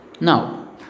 Now